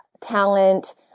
talent